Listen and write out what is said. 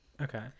Okay